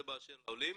זה באשר לעולים